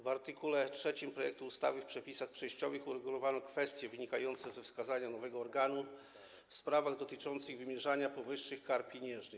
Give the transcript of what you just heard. W art. 3 projektu ustawy w przepisach przejściowych uregulowano kwestie wynikające ze wskazania nowego organu w sprawach dotyczących wymierzania powyższych kar pieniężnych.